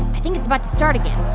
i think it's about to start again